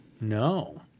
No